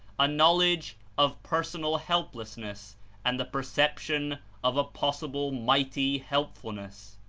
a knowledge of personal helplessness and the per ception of a possible mighty helpfulness.